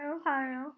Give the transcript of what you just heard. Ohio